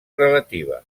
relativa